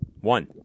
One